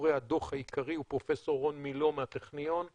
מאחורי הדוח העיקרי הוא פרופ' רון מילוא ממכון ויצמן,